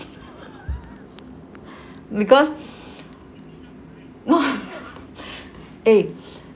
because eh